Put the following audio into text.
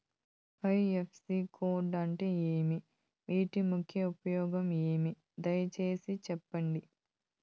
IFSC code అంటే ఏమి? వీటి ముఖ్య ఉపయోగం ఏమి? దయసేసి సెప్పండి?